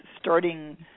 starting